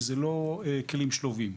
וזה לא כלים שלובים.